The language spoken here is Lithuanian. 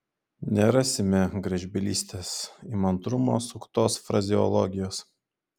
nerasime gražbylystės įmantrumo suktos frazeologijos